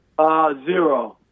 Zero